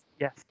Yes